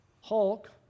Hulk